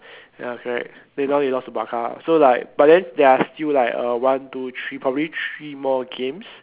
ya correct then now they lost to Barca so like but then they're still like uh one two three probably three more games